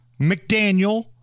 McDaniel